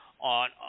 on